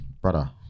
brother